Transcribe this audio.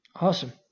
Awesome